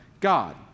God